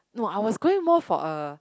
no I was going more for a